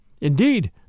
Indeed